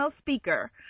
speaker